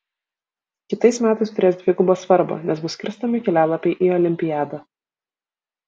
kitais metais turės dvigubą svarbą nes bus skirstomi kelialapiai į olimpiadą